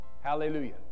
hallelujah